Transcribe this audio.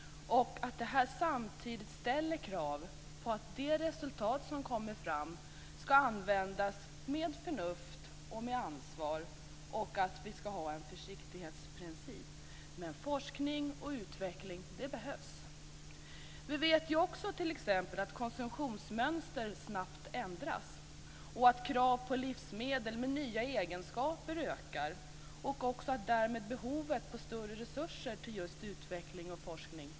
Det här ställer samtidigt krav på att det resultat som kommer fram ska användas med förnuft och med ansvar och att vi ska ha en försiktighetsprincip. Men forskning och utveckling behövs. Vi vet t.ex. också att konsumtionsmönster snabbt ändras, att krav på livsmedel med nya egenskaper ökar och att det därmed även finns ett behov av större resurser till just utveckling och forskning.